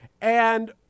and-